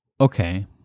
Okay